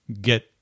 get